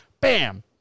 Bam